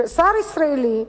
שר ישראלי,